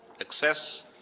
Access